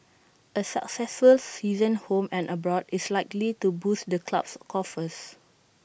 A successful season home and abroad is likely to boost the club's coffers